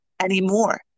anymore